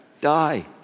die